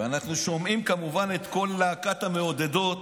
ואנחנו שומעים כמובן את כל להקת המעודדות,